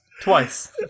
Twice